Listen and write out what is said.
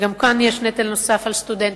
וגם כאן יש נטל נוסף על סטודנטים.